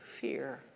fear